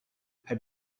have